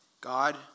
God